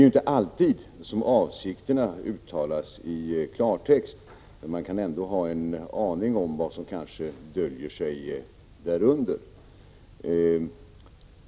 Avsikterna uttalas inte alltid i klartext, men man kan ändå ha en aning om vad som kanske döljer sig därunder.